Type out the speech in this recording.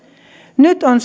nyt on